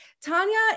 Tanya